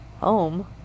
Home